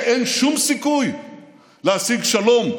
שאין שום סיכוי להשיג שלום,